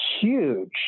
huge